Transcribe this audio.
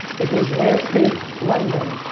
if there's landscape london,